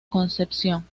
concepción